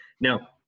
Now